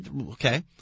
okay